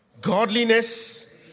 godliness